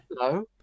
Hello